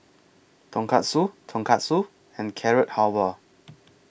Tonkatsu Tonkatsu and Carrot Halwa